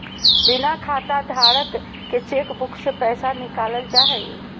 बिना खाताधारक के चेकबुक से पैसा निकालल जा हइ